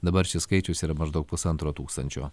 dabar šis skaičius yra maždaug pusantro tūkstančio